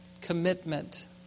commitment